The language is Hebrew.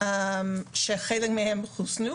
שחלקם חוסן,